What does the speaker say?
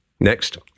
Next